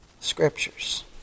scriptures